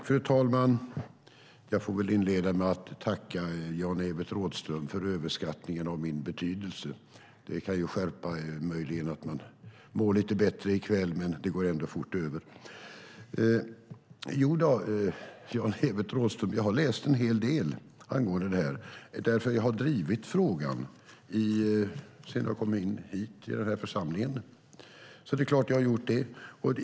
Fru talman! Jag får väl inleda med att tacka Jan-Evert Rådhström för överskattningen av min betydelse. Det kan hjälpa att man möjligen mår lite bättre i kväll, men det går ändå fort över. Jag har läst en hel del, Jan-Evert Rådhström, om det här. Jag har drivit frågan sedan jag kom in i den här församlingen, så det är klart att jag har läst.